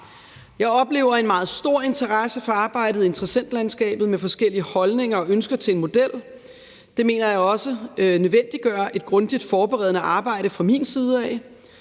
Jeg oplever en meget stor interesse for arbejdet i interessentlandskabet, hvor der er forskellige holdninger og ønsker til en model. Det mener jeg også nødvendiggør et grundigt forberedende arbejde fra min side.